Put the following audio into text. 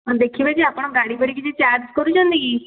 ହଁ ଦେଖିବେ ଯେ ଆପଣ ଗାଡ଼ି ଫାଡି କିଛି ଚାର୍ଜ୍ କରୁଛନ୍ତି କି